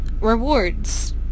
rewards